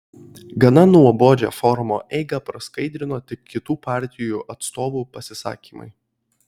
gana nuobodžią forumo eigą praskaidrino tik kitų partijų atstovų pasisakymai